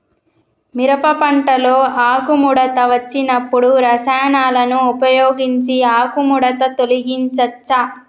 మిరప పంటలో ఆకుముడత వచ్చినప్పుడు రసాయనాలను ఉపయోగించి ఆకుముడత తొలగించచ్చా?